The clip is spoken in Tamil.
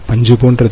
பஞ்சு போன்றது